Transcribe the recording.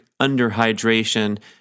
underhydration